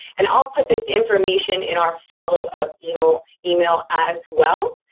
and i'll put this information in our follow-up email email as well.